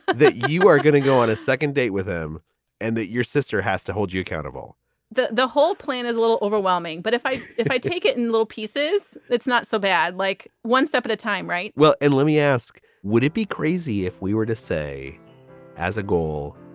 that you are going to go on a second date with him and that your sister has to hold you accountable the the whole plan is a little overwhelming. but if i if i take it in little pieces, it's not so bad like one step at a time. right well, let me ask, would it be crazy if we were to say as a goal,